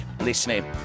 listening